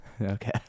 Okay